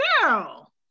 Girl